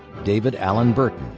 david alan burton.